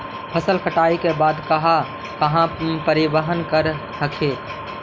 फसल कटल के बाद कहा कहा परिबहन कर हखिन?